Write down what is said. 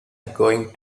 going